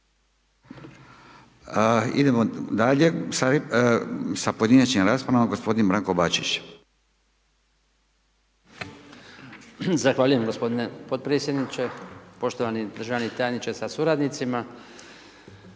Idemo dalje sa pojedinačnim raspravama, gospodin Branko Bačić.